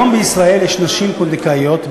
יש היום בישראל נשים פונדקאיות,